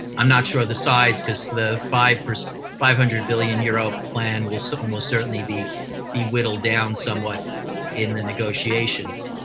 i'm not sure of the size because the five five hundred billion euro plan will so almost certainly be be whittled down somewhat in the negotiations.